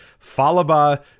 Falaba